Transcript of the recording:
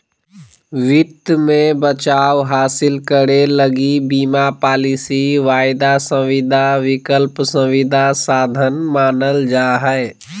वित्त मे बचाव हासिल करे लगी बीमा पालिसी, वायदा संविदा, विकल्प संविदा साधन मानल जा हय